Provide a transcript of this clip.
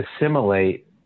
assimilate